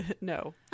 No